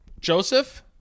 Joseph